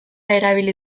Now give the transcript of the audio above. erabili